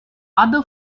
other